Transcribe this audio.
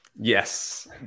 Yes